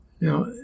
Now